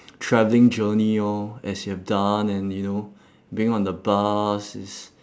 travelling journey lor as you have done and you know being on the bus is